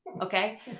Okay